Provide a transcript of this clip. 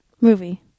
movie